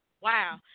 Wow